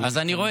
אני רואה,